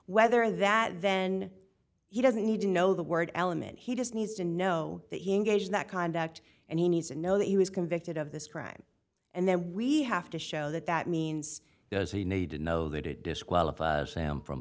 whether that then he doesn't need to know the word element he just needs to know that he engaged in that conduct and he needs to know that he was convicted of this crime and then we have to show that that means does he need to know that it disqualifies him from